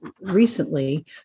recently